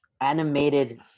animated